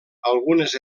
algunes